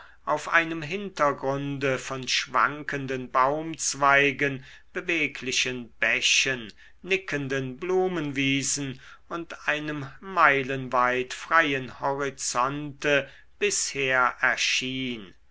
auf einem hintergrunde von schwankenden baumzweigen beweglichen bächen nickenden blumenwiesen und einem meilenweit freien horizonte bisher erschien